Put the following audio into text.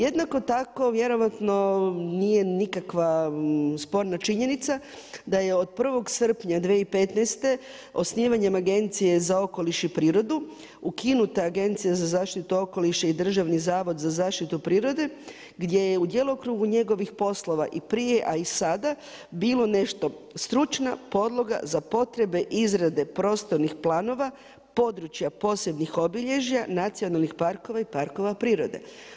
Jednako tako vjerojatno nije nikakva sporna činjenica da je od 1. srpnja 2015. osnivanjem Agencije za okoliš i prirodu ukinuta Agencija za zaštitu okoliša i Državni zavod za zaštitu prirode, gdje je u djelokrugu njegovih poslova i prije, a i sada bilo nešto stručna podloga za potrebe izrade prostornih planova, područja posebnih obilježja, nacionalnih parkova i parkova prirode.